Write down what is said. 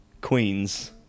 Queens